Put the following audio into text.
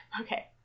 okay